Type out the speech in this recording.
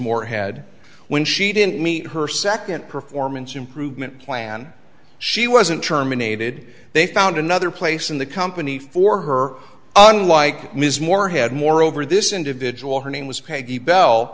morehead when she didn't meet her second performance improvement plan she wasn't terminated they found another place in the company for her unlike ms morehead moreover this individual her name was p